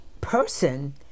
person